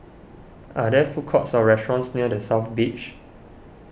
are there food courts or restaurants near the South Beach